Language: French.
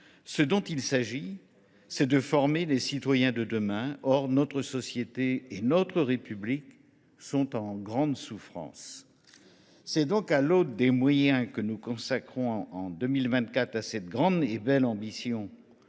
avec l’enseignement, de former les citoyens de demain. Or notre société et notre République sont en grande souffrance. C’est donc à l’aune des moyens que nous consacrerons en 2024 à cette grande et belle ambition,